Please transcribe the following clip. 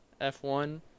F1